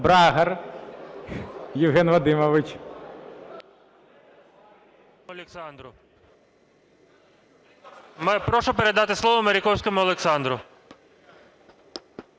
Брагар Євген Вадимович.